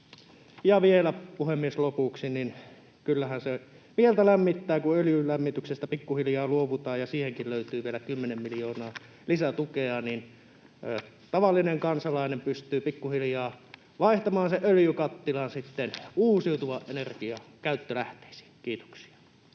Ja vielä, puhemies, lopuksi: Kyllähän se mieltä lämmittää, kun öljylämmityksestä pikkuhiljaa luovutaan ja siihenkin löytyy vielä 10 miljoonaa lisätukea. Tavallinen kansalainen pystyy pikkuhiljaa vaihtamaan sen öljykattilan sitten uusiutuvan energian käyttölähteisiin. — Kiitoksia.